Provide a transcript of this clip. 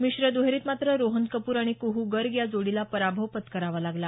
मिश्र दुहेरीत मात्र रोहन कपूर आणि कुहू गर्ग या जोडीला पराभव पत्करावा लागला